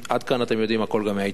עד כאן אתם יודעים הכול גם מהעיתונים.